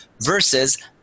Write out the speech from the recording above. versus